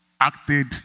acted